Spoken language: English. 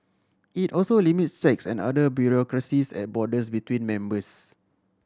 it also limits checks and other bureaucracies at borders between members